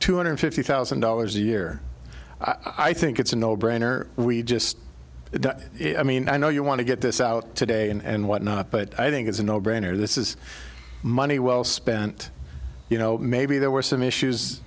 two hundred fifty thousand dollars a year i think it's a no brainer we just i mean i know you want to get this out today and whatnot but i think it's a no brainer this is money well spent you know maybe there were some issues